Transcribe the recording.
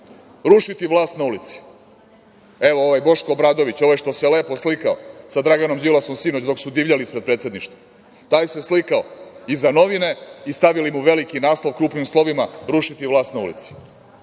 rušiti vlast na ulici. Evo, ovaj Boško Obradović ovaj što se lepo slikao sa Draganom Đilasom, sinoć dok su divljali ispred Predsedništva. Taj se slikao i za novine i stavili mu veliki naslov krupnim slovima – rušiti vlast na ulici.A